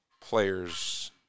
players